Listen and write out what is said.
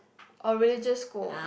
a religious school